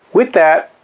with that,